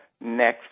next